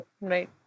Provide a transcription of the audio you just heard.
right